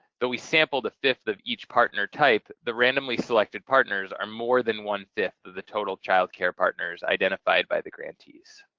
though we sampled a fifth of each partner type, the randomly selected partners are more than one-fifth of the total child care partners identified by the grantees.